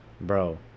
Bro